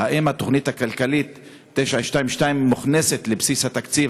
האם התוכנית הכלכלית 922 מוכנסת לבסיס התקציב?